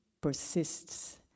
persists